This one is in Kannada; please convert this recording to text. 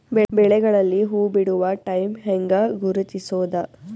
ಬೆಳೆಗಳಲ್ಲಿ ಹೂಬಿಡುವ ಟೈಮ್ ಹೆಂಗ ಗುರುತಿಸೋದ?